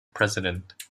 president